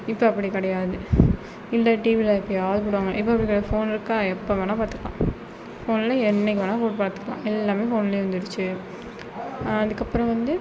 இப்போ அப்படி கிடையாது இல்லை டிவியில் எப்போயாவது போடுவான் இல்லை ஃபோன் இருக்கா எப்போ வேணாம் பார்த்துக்கலாம் ஃபோனில் என்னிக்கு வேணா போட்டு பார்த்துக்கலாம் எல்லாமே ஃபோனில் வந்துடுச்சு அதுக்கு அப்புறம் வந்து